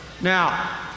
Now